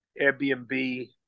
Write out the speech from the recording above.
Airbnb